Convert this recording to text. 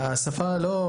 השפה לא,